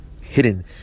hidden